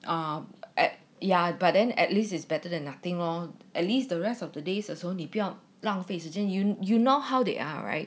啊 at ya but then at least it's better than nothing lor at least the rest of the days also 你不要浪费时间 you know how they are right